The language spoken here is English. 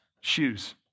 shoes